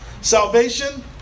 Salvation